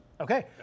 Okay